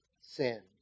sin